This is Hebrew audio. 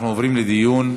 אנחנו עוברים לדיון.